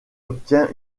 obtient